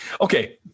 Okay